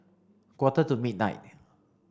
quarter to midnight